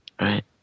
right